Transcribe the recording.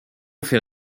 fait